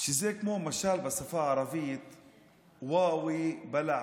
שזה כמו משל בשפה הערבית: (אומר בערבית ומתרגם:)